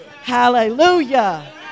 Hallelujah